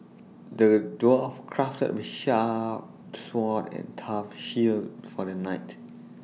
the dwarf crafted A sharp sword and tough shield for the knight